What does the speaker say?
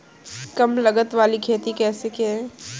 कम लागत वाली खेती कैसे करें?